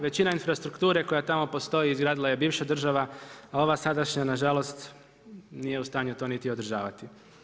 Većina infrastrukture koja tamo postoji izgradila je bivša država, a ova sadašnja nažalost nije u stanju to niti održavati.